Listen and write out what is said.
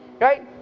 Right